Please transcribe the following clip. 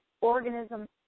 organism